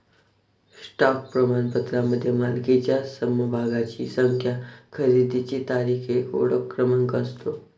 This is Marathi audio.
स्टॉक प्रमाणपत्रामध्ये मालकीच्या समभागांची संख्या, खरेदीची तारीख, एक ओळख क्रमांक असतो